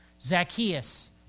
Zacchaeus